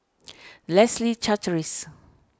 Leslie Charteris